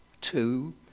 Two